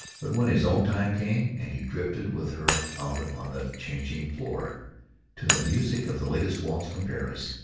but when his own time came, and he drifted with her out upon the changing floor to the music of the latest waltz from paris,